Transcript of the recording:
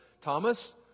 Thomas